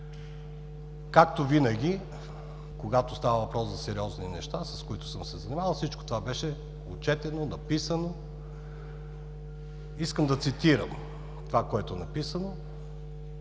Както винаги, когато става въпрос за сериозни неща, с които съм се занимавал, всичко това беше отчетено, написано. Искам да цитирам това, което е написано,